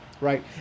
right